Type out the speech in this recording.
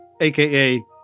AKA